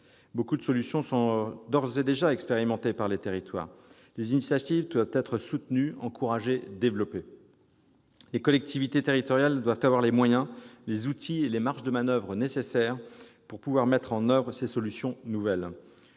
Beaucoup de solutions sont d'ores et déjà expérimentées par les territoires. Les initiatives doivent être soutenues, encouragées, développées. Les collectivités territoriales doivent avoir les moyens, les outils et les marges de manoeuvre nécessaires afin de pouvoir mettre en oeuvre ces solutions nouvelles.